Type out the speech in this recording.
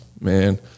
man